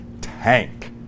tank